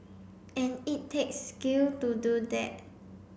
and it takes skill to do that